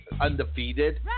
undefeated